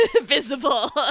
visible